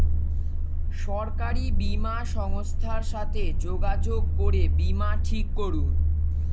সরকারি বীমা সংস্থার সাথে যোগাযোগ করে বীমা ঠিক করুন